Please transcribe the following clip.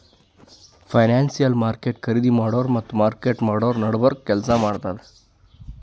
financial market ಖರೀದಿ ಮಾಡೋರ್ ಮತ್ತ್ ಮಾರಾಟ್ ಮಾಡೋರ್ ನಡಬರ್ಕ್ ಕೆಲ್ಸ್ ಮಾಡ್ತದ್